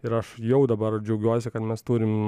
ir aš jau dabar džiaugiuosi kad mes turim